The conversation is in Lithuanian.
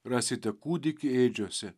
rasite kūdikį ėdžiose